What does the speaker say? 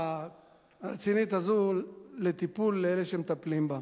הרצינית הזו לטיפול אלה שמטפלים בה.